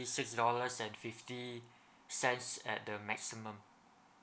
six dollars and fifty cents at the maximum